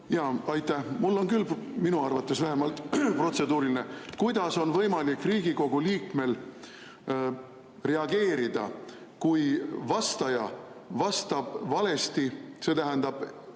kohta. Aitäh! Mul on küll, minu arvates vähemalt, protseduuriline. Kuidas on võimalik Riigikogu liikmel reageerida, kui vastaja vastab valesti? See tähendab,